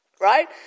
Right